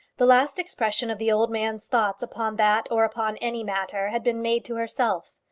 the last expression of the old man's thoughts upon that or upon any matter had been made to herself.